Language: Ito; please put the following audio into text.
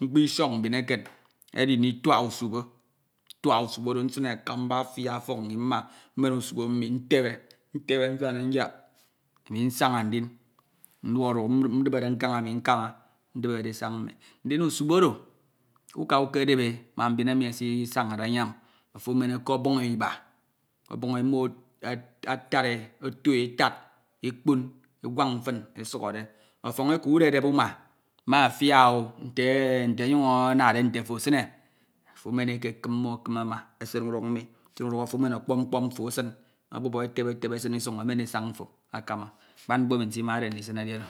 mkpo isọñ mbin eken edi ndituak usube, ntuak usube oro nsine akamba afia ọfọñ mmi mma mman usube mmi ntebe e nsana nyak. Ami nsaña nain nwọñọde ndibed nkan enu nkama, ndibede esan mmi ndin usube oro uka ukedep e ma mbin emi esisañade ayam, ofo emen ekebuñ e iba obọñe mmo atad e. oto e atad ekpoñ awon fin esukhore, ọfọñ eko udedep uma me atiaaaaa, nte ọnyuñ anade nte ofo esine, ofo emen ekekim mmo ekem ama esin unek mi, ofo emen ọkpọñ- mkpọñ mfo esin abupe etebe etebe esim isọñ emen esan mfo akama. Akpan mkpo emi nsimade ndisine edi oro.